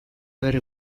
berri